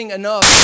enough